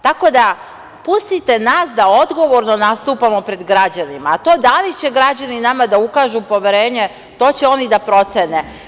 Tako da, pustite nas da odgovorno nastupamo pred građanima, a to da li će građani nama da ukažu poverenje, to će oni da procene.